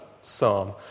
psalm